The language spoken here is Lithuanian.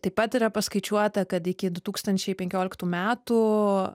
taip pat yra paskaičiuota kad iki du tūkstančiai penkioliktų metų